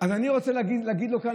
אז אני רוצה להגיד לו כאן,